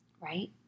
right